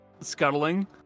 scuttling